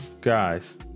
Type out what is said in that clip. Guys